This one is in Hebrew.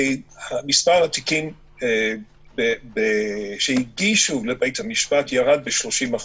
מספר התיקים שהגישו לבית המשפט ירד ב-30%.